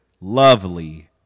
lovely